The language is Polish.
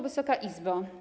Wysoka Izbo!